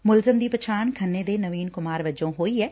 ਮੁਲਜ਼ਮ ਦੀ ਪਛਾਣ ਖੰਨੇ ਦੇ ਨਵੀਨ ਕੁਮਾਰ ਵਜੋਂ ਹੋਈ ਐ